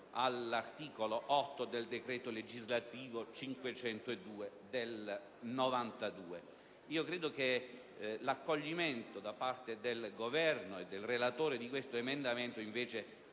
all'articolo 8 del decreto legislativo n. 502 del 1992. Credo che l'accoglimento da parte del Governo e del relatore di questo emendamento confermi